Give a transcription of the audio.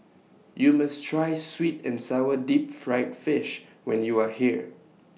YOU must Try Sweet and Sour Deep Fried Fish when YOU Are here